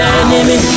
enemy